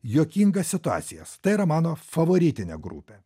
juokingas situacijas tai yra mano favoritinė grupė